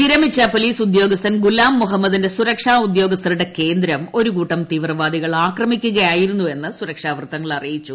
വിരമിച്ച പോലീസ് ഉദ്യോഗസ്ഥൻ ഗുലാം മുഹമ്മദിന്റെ സുരക്ഷാ ഉദ്യോഗസ്ഥരുടെ കേന്ദ്രം ഒരു കൂട്ടം തീവ്രവാദികൾ ആക്രമിക്കുകയായിരുന്നുവെന്ന് സുരക്ഷാ വൃത്തങ്ങൾ അറിയിച്ചു